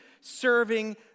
serving